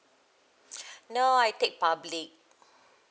no I take public